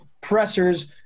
pressers